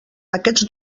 aquests